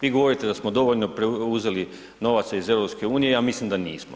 Vi govorite da smo dovoljno uzeli novaca iz EU, ja mislim da nismo.